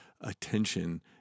attention